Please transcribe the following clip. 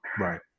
Right